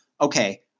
okay